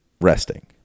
resting